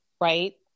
right